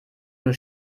nur